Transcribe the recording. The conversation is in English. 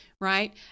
Right